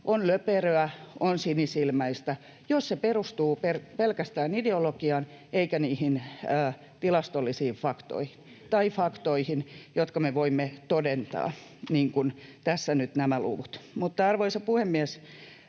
on löperöä, on sinisilmäistä, jos se perustuu pelkästään ideologiaan eikä tilastollisiin faktoihin tai faktoihin, jotka me voimme todentaa, niin kuin tässä nyt nämä luvut. Mutta, arvoisa puhemies,